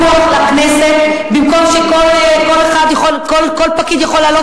להחזיר את הפיקוח לכנסת במקום שכל פקיד יכול להעלות